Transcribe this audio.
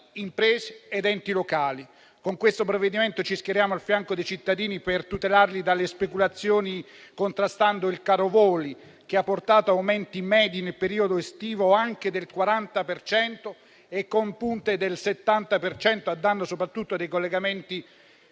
imprese ed enti locali. Con questo provvedimento ci schieriamo al fianco dei cittadini per tutelarli dalle speculazioni, contrastando il caro voli, che ha portato aumenti medi nel periodo estivo anche del 40 per cento, con punte del 70, a danno soprattutto dei collegamenti